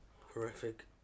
Horrific